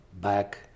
back